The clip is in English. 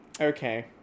Okay